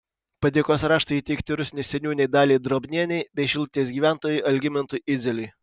padėkos raštai įteikti rusnės seniūnei daliai drobnienei bei šilutės gyventojui algimantui idzeliui